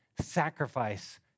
sacrifice